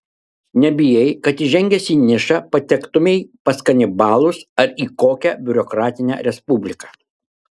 nebijai kad įžengęs į nišą patektumei pas kanibalus ar į kokią biurokratinę respubliką